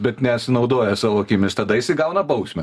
bet nesinaudoja savo akimis tada jisai gauna bausmę